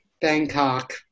Bangkok